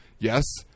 Yes